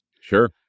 sure